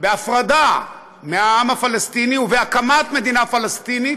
בהפרדה מהעם הפלסטיני ובהקמת מדינה פלסטינית,